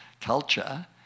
culture